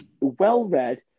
well-read